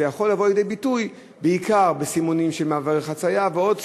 זה יכול לבוא לידי ביטוי בעיקר בסימונים של מעברי חציה ועוד,